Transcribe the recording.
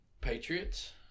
Patriots